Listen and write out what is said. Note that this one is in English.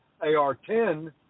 AR-10